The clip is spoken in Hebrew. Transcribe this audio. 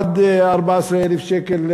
עד 14,000 שקל,